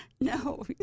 No